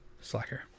slacker